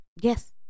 Yes